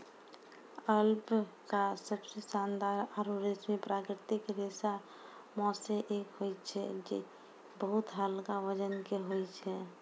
alpaca सबसें शानदार आरु रेशमी प्राकृतिक रेशा म सें एक होय छै जे बहुत हल्का वजन के होय छै